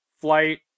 flight